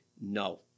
No